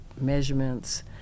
measurements